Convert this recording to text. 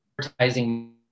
advertising